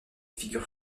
figures